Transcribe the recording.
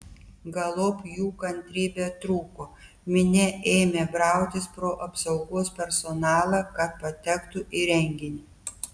galop jų kantrybė trūko minia ėmė brautis pro apsaugos personalą kad patektų į renginį